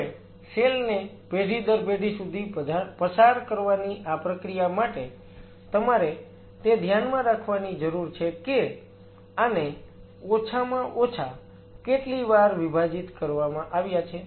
હવે સેલ ને પેઢી દર પેઢી સુધી પસાર કરવાની આ પ્રક્રિયા માટે તમારે તે ધ્યાનમાં રાખવાની જરૂર છે કે આને ઓછામાં ઓછા કેટલીવાર વિભાજીત કરવામાં આવ્યા છે